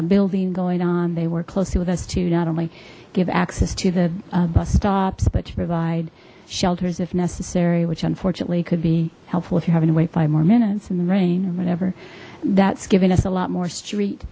building going on they work closely with us to not only give access to the stops but to provide shelters if necessary which unfortunately could be helpful if you're having to wait five more minutes in the rain or whatever that's giving us a lot more street